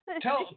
Tell